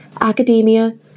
academia